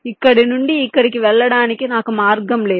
ఇక్కడి నుండి ఇక్కడికి వెళ్ళడానికి నాకు మార్గం లేదు